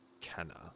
Kenna